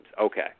Okay